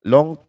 Long